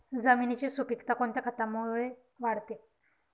जमिनीची सुपिकता कोणत्या खतामुळे वाढते?